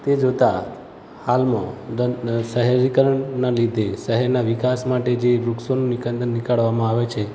તે જોતાં હાલમાં શહેરીકરણના લીધે શહેરના વિકાસ માટે જે વૃક્ષોનું નિકંદન નીકાળવામાં આવે છે